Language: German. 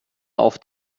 auf